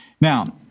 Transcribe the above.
Now